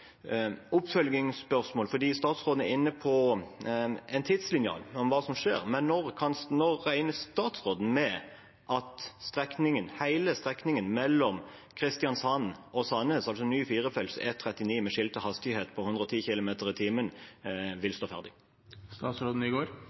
oppfølgingsspørsmål. Statsråden er inne på tidslinjen for hva som skjer, men når regner statsråden med at hele strekningen mellom Kristiansand og Sandnes, altså ny firefelts E39 med skiltet hastighet på 110 km/t, vil stå